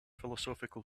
philosophical